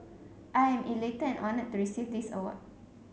I am elated and honoured to receive this award